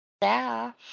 staff